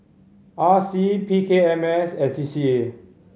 R C P K M S and C C A